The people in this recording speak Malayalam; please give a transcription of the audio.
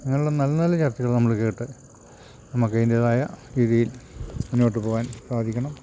അങ്ങനുള്ള നല്ല നല്ല ചർച്ചകൾ നമ്മൾ കേട്ട് നമുക്ക് അതിൻ്റെതായ രീതിയിൽ മുന്നോട്ട് പോകാൻ സാധിക്കണം